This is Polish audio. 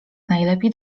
najlepiej